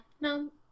no